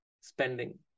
spending